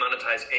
monetize